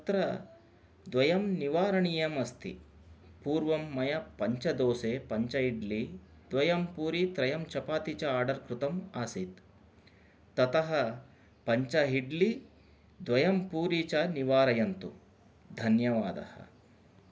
तत्र द्वयं निवारणीयम् अस्ति पूर्वं मया पञ्चदोसे पञ्च इड्ली द्वयं पूरि त्रयं चपाति च आर्डर् कृतम् आसीत् ततः पञ्च इड्ली द्वयं पूरि च निवारयन्तु धन्यवादः